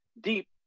deep